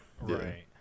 right